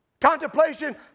contemplation